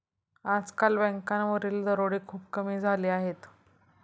आजकाल बँकांवरील दरोडे खूप कमी झाले आहेत